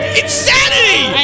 insanity